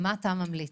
מה אתה ממליץ?